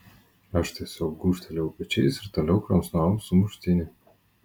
aš tiesiog gūžtelėjau pečiais ir toliau kramsnojau sumuštinį